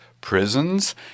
prisons